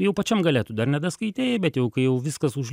jau pačiam gale tu dar nedaskaitei bet jau kai jau viskas už